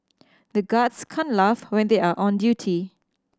the guards can laugh when they are on duty